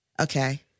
Okay